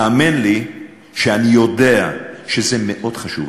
האמן לי שאני יודע שזה מאוד חשוב.